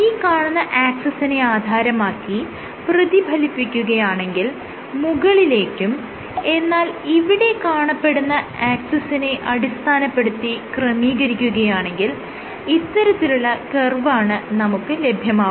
ഈ കാണുന്ന ആക്സിസിനെ ആധാരമാക്കി പ്രതിഫലിപ്പിക്കുകയാണെങ്കിൽ മുകളിലേക്കും എന്നാൽ ഇവിടെ കാണപ്പെടുന്ന ആക്സിസിനെ അടിസ്ഥാനപ്പെടുത്തി ക്രമീകരിക്കുകയാണെങ്കിൽ ഇത്തരത്തിലുള്ള കർവാണ് നമുക്ക് ലഭ്യമാകുക